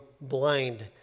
blind